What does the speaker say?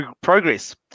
progress